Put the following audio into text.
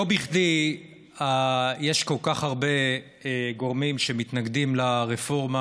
לא בכדי יש כל כך הרבה גורמים שמתנגדים לרפורמה,